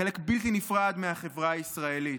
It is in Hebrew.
חלק בלתי נפרד מהחברה הישראלית.